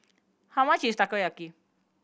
how much is Takoyaki